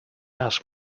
asked